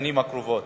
בשנים הקרובות,